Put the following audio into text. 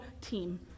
team